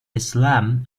islam